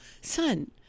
son